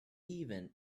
even